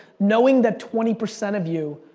knowing that twenty percent of you,